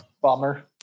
Bummer